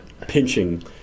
pinching